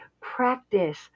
practice